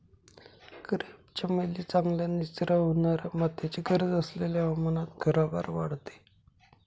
crepe चमेली चांगल्या निचरा होणाऱ्या मातीची गरज असलेल्या हवामानात घराबाहेर वाढते